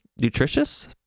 nutritious